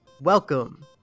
welcome